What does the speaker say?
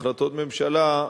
החלטות ממשלה,